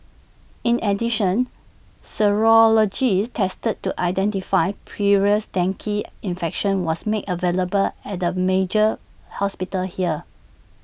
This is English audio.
in addition serology teste to identify previous dengue infection was made available at the major hospitals here